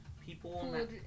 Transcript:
people